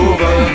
Over